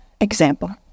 Example